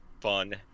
fun